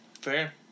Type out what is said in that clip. Fair